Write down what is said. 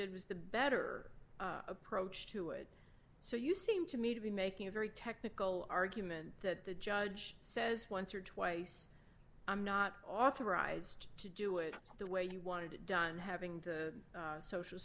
did was the better approach to it so you seem to me to be making a very technical argument that the judge says once or twice i'm not authorized to do it the way you wanted it done having the social